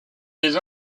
des